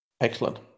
Excellent